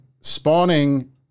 spawning